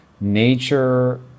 nature